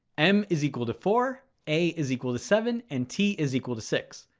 m is equal to four, a is equal to seven, and t is equal to six.